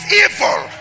evil